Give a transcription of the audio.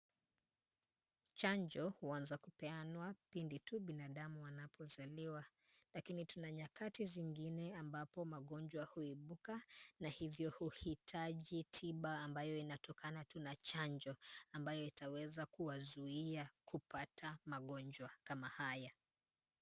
Chanjo huanza kupeanwa pindi tu binadamu anapozaliwa. Lakini tuna nyakati zingine ambapo magonjwa huibuka na hivyo huhitaji tiba ambayo inatokana tu na chanjo ambayo itaweza kuwazuia kupata magonjwa kama haya.